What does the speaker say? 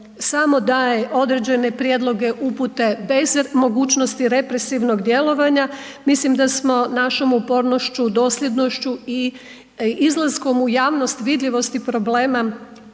samo daje određene prijedloge, upute bez mogućnosti represivnog djelovanja, mislim da smo našom upornošću, dosljednošću i izlaskom u javnost vidljivosti problema,